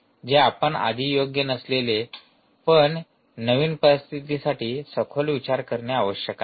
जे आपण आधी योग्य नसलेले पण नवीन परिस्थितीसाठी सखोल विचार करणे आवश्यक आहे